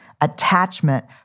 Attachment